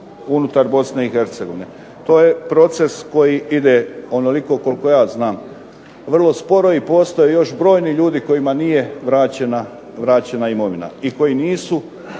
unutar Bosne i Hercegovine. To je proces koji ide onoliko koliko ja znam vrlo sporo i postoje još brojni ljudi kojima nije vraćena imovina i koji nisu